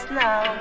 now